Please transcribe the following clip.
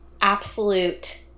absolute